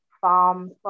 farm